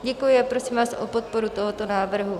Děkuji a prosím vás o podporu tohoto návrhu.